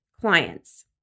clients